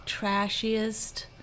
trashiest